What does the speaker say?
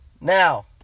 Now